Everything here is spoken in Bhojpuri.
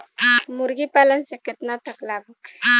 मुर्गी पालन से केतना तक लाभ होखे?